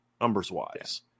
numbers-wise